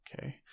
Okay